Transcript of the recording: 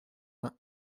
vingt